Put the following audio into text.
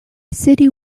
city